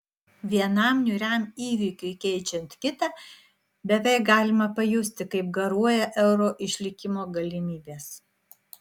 vienam niūriam įvykiui keičiant kitą beveik galima pajusti kaip garuoja euro išlikimo galimybės